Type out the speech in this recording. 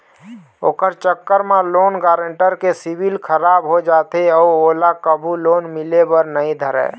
ओखर चक्कर म लोन गारेंटर के सिविल खराब हो जाथे अउ ओला कभू लोन मिले बर नइ धरय